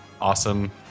awesome